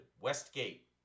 Westgate